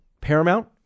paramount